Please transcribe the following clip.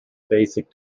basic